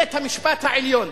בית-המשפט העליון,